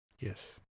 Yes